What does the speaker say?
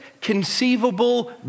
conceivable